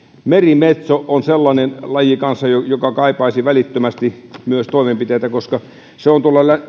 merimetso on sellainen laji kanssa joka kaipaisi välittömästi myös toimenpiteitä koska se on